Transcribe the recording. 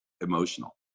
emotional